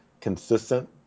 consistent